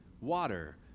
water